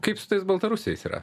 kaip su tais baltarusiais yra